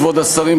כבוד השרים,